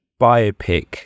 biopic